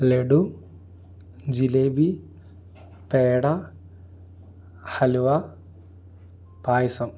laddu jalebi peda halwa പായസം